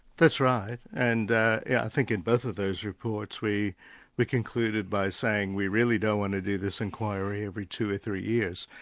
that's right. and i yeah think in both of those reports, we we concluded by saying we really don't want to do this inquiry every two or three years.